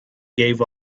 gave